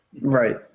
right